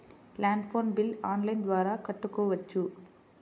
Land phone bill online ద్వారా కట్టుకోవచ్చు?